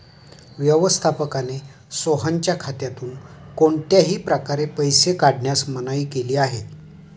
व्यवस्थापकाने सोहनच्या खात्यातून कोणत्याही प्रकारे पैसे काढण्यास मनाई केली आहे